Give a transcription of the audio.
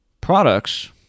products